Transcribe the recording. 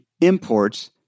imports